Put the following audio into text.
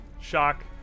shock